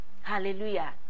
Hallelujah